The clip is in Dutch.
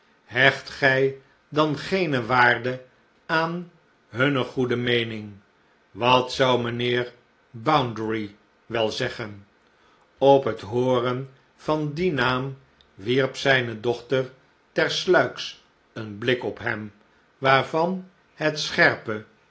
hecht gij dan geene waarde aan hunne goede meening wat zou mijnheer bounderby wel zeggen op het hooren van dien naam wierp zijne dochter tersluiks een blik ophem waarvanhet scherpe